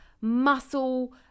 muscle